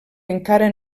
encara